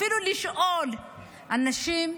אפילו לשאול אנשים,